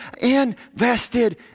invested